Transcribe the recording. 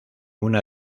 una